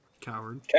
Coward